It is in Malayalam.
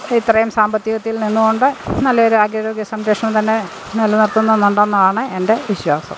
ഇത്രയും സാമ്പത്തികത്തിൽ നിന്നുകൊണ്ട് നല്ലൊരാരോഗ്യ സംരക്ഷണം തന്നെ നിലനിർത്തുന്നുണ്ടെന്നാണ് എൻ്റെ വിശ്വാസം